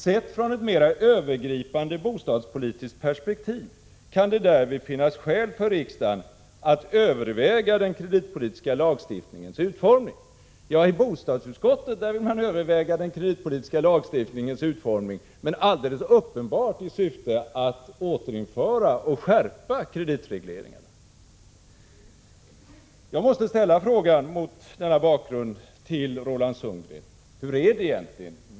Sett från ett mera övergripande bostadspolitiskt perspektiv kan det därvid finnas skäl för riksdagen att överväga den kreditpolitiska lagstiftningens utformning.” Ja, i bostadsutskottet vill man överväga den kreditpolitiska lagstiftningens utformning, men alldeles uppenbart i syfte att återinföra och skärpa kreditregleringen! Mot denna bakgrund måste jag ställa frågan till Roland Sundgren: Hur är det egentligen?